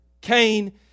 Cain